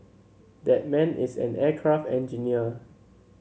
that man is an aircraft engineer